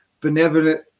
benevolent